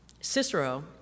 Cicero